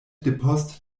depost